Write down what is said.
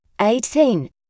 eighteen